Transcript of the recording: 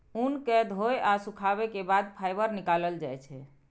ऊन कें धोय आ सुखाबै के बाद फाइबर निकालल जाइ छै